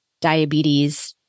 diabetes